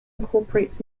incorporates